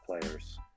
players